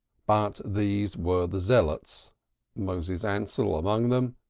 but these were the zealots moses ansell among them,